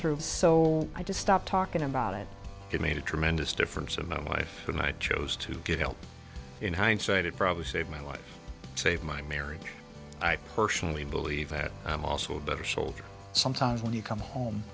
through so i just stopped talking about it it made a tremendous difference in my life when i chose to get help in hindsight it probably saved my life save my marriage i personally believe that i'm also a better soldier sometimes when you come home